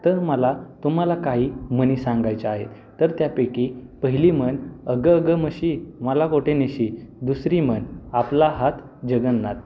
तर मला तुम्हाला काही म्हणी सांगायच्या आहेत तर त्यापैकी पहिली म्हण अगं अगं म्हशी मला कोठे नेशी दुसरी म्हण आपला हात जगन्नाथ